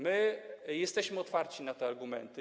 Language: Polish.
My jesteśmy otwarci na te argumenty.